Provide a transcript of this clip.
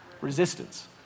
Resistance